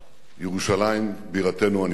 ירושלים, בירתנו הנצחית.